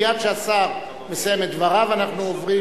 מייד כשהשר מסיים את דבריו אנחנו עוברים